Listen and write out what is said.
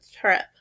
trip